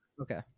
Okay